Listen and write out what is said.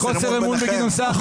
בגלל חוסר אמון בגדעון סער.